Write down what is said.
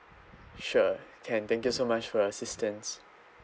sure can thank you so much for your assistance